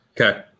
Okay